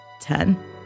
Ten